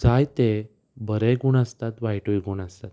जायते बरेय गूण आसतात वायटूय गूण आसतात